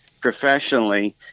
professionally